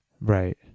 Right